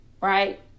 right